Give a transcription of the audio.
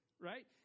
Right